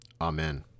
Amen